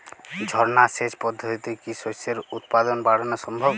ঝর্না সেচ পদ্ধতিতে কি শস্যের উৎপাদন বাড়ানো সম্ভব?